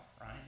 right